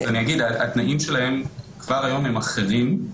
אני אגיד שהתנאים שלהן כבר היום הם אחרים.